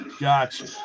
gotcha